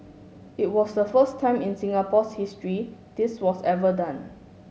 it was the first time in Singapore's history this was ever done